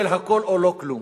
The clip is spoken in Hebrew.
של הכול או לא כלום.